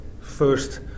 first